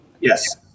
Yes